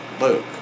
Luke